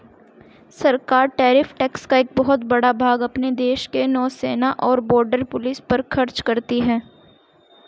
सरकार tariff tax का एक बहुत बड़ा भाग अपने देश के नौसेना और बॉर्डर पुलिस पर खर्च करती हैं